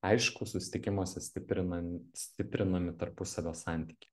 aišku susitikimuose stiprinan stiprinami tarpusavio santykiai